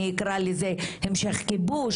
אני אקרא לזה המשך כיבוש,